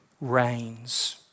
reigns